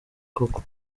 koko